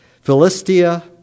Philistia